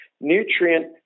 nutrient